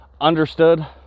Understood